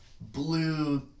blue